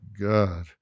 God